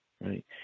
Right